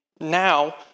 now